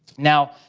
now,